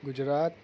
Gujarat